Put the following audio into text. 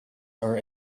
are